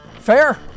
Fair